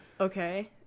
Okay